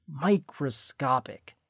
microscopic